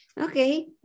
Okay